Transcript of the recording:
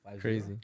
Crazy